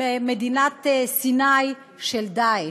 עם מדינת סיני של "דאעש".